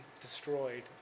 destroyed